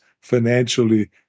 financially